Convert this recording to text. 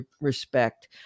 respect